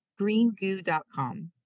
GreenGoo.com